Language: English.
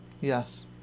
Yes